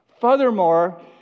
Furthermore